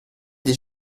des